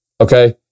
Okay